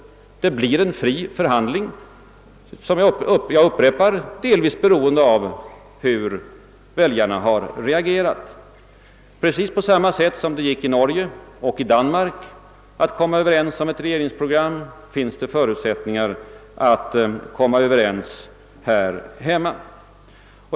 Det blir en fri förhandling som är, det upprepar jag, beroende av hur väljarna har reagerat. Precis på samma sätt som det i Norge och Danmark gått att komma överens om ett regeringsprogram måste det finnas förutsättningar att komma överens här hemma.